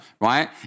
right